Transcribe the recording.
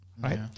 right